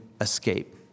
Escape